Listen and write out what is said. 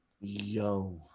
Yo